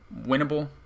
winnable